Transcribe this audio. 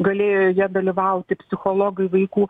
galėjo joje dalyvauti psichologai vaikų